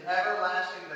everlasting